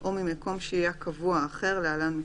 או ממקום שהייה קבוע אחר (להלן,